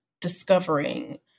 discovering